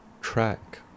track